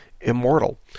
immortal